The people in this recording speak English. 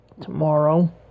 tomorrow